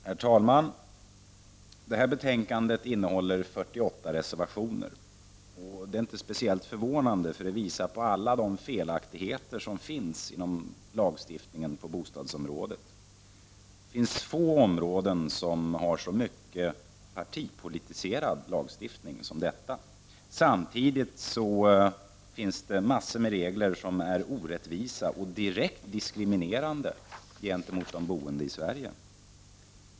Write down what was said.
Herr talman! Detta betänkande innehåller 48 reservationer. Det är inte speciellt förvånande; det visar på alla de felaktigheter som finns inom lagstiftningen på bostadsområdet. Det finns få områden som har så mycket partipolitiserad lagstiftning som detta. Samtidigt finns det många regler som är orättvisa och direkt diskriminerande gentemot de boende i Sverige.